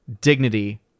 dignity